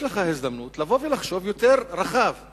יש לך הזדמנות לחשוב רחב יותר,